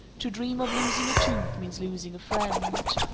to dream of losing a tooth means losing a friend.